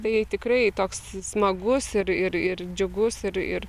tai tikrai toks smagus ir ir ir džiugus ir ir